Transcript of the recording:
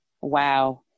Wow